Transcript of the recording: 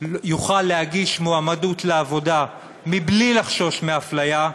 יוכל להגיש מועמדות לעבודה מבלי לחשוש לאפליה,